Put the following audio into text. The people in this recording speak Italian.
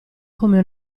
come